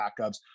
backups